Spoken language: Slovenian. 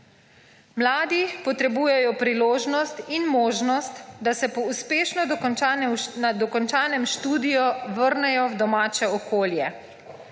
Mladi potrebujejo priložnost in možnost, da se po uspešno dokončanem študiju vrnejo v domače okolje.